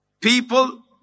people